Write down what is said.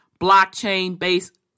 blockchain-based